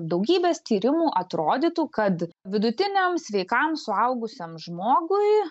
daugybės tyrimų atrodytų kad vidutiniam sveikam suaugusiam žmogui